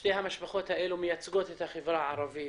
שתי המשפחות האלו מייצגות את החברה הערבית